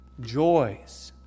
joys